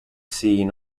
seen